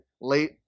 late